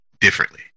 differently